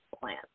plan